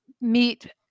meet